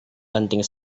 penting